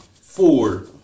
Four